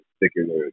particular